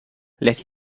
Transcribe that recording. let